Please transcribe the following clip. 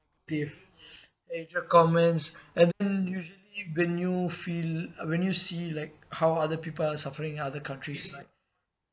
is negative hatred comments and usually when you feel when you see like how other people are suffering in other countries